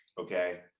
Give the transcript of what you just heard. okay